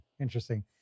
Interesting